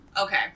okay